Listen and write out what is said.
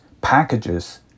packages